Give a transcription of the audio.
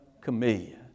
Chameleon